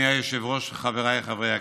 אדוני היושב-ראש, חבריי חברי הכנסת,